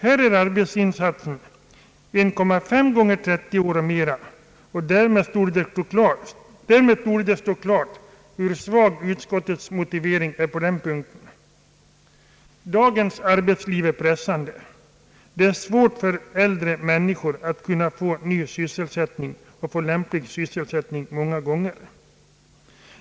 Här är arbetsinsatsen 1,5 Xx 30 år och mera, och därmed torde det stå klart hur svag utskottets motivering är på denna punkt. Dagens arbetsliv är pressande. Det är ofta svårt för äldre människor att få ny och lämplig sysselsättning.